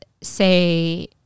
say